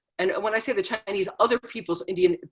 and when i say the chinese, other peoples, indian,